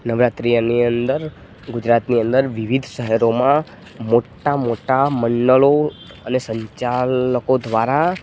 નવરાત્રિની અંદર ગુજરાતની અંદર વિવિધ શહેરોમાં મોટાં મોટાં મંડળો અને સંચાલકો દ્વારા